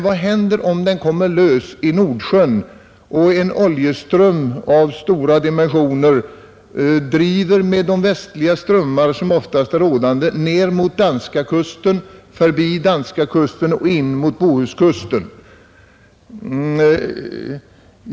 Vad händer om olja kommer lös i Nordsjön och ett oljebälte av stora dimensioner driver med de västliga strömmar som oftast är rådande in mot danska kusten och sedan in mot Bohuskusten?